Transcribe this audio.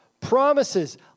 promises